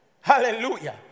Hallelujah